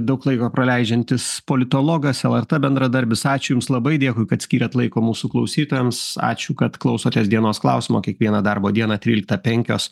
daug laiko praleidžiantis politologas lrt bendradarbis ačiū jums labai dėkui kad skyrėt laiko mūsų klausytojams ačiū kad klausotės dienos klausimo kiekvieną darbo dieną tryliktą penkios